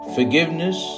Forgiveness